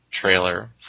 trailer